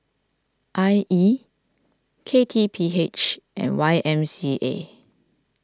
I E K T P H and Y M C A